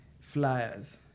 flyers